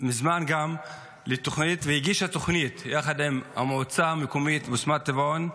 כבר מזמן והגישה תוכנית יחד עם המועצה האזורית בסמת טבעון,